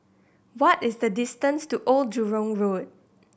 what is the distance to Old Jurong Road